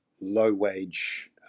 low-wage